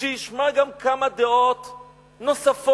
שישמע גם כמה דעות נוספות,